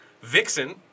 Vixen